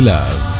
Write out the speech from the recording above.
Love